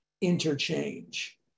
interchange